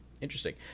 interesting